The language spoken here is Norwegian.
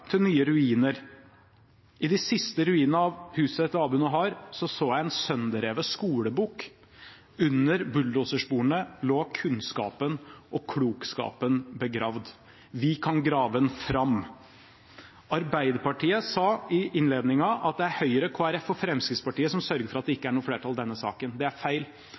til nye ruiner. I de siste ruinene av huset til Abu Nahar så jeg en sønderrevet skolebok. Under bulldosersporene lå kunnskapen og klokskapen begravd. Vi kan grave den fram. Arbeiderpartiet sa i innledningen at det er Høyre, Kristelig Folkeparti og Fremskrittspartiet som sørger for at det ikke er noe flertall i denne saken. Det er feil.